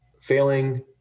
failing